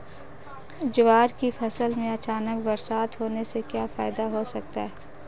ज्वार की फसल में अचानक बरसात होने से क्या फायदा हो सकता है?